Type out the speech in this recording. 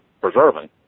preserving